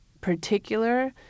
particular